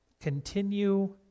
continue